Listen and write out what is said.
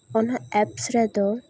ᱚᱱᱟ ᱮᱯᱥ ᱨᱮᱫᱚ